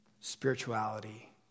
spirituality